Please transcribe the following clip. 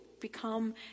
become